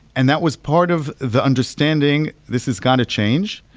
and that was part of the understanding, this has got to change.